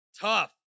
tough